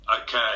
Okay